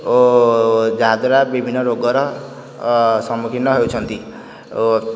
ଓ ଯାହାଦ୍ୱାରା ବିଭିନ୍ନ ରୋଗର ସମ୍ମୁଖୀନ ହେଉଛନ୍ତି ଓ